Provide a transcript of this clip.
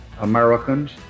Americans